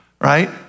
right